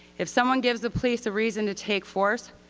if someone gives the police a reason to take force,